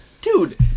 dude